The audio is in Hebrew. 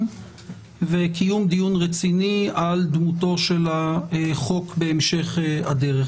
וקיום דיון רציני על דמותו של החוק בהמשך הדרך.